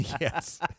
Yes